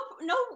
no